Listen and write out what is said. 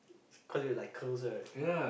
cause you like curls right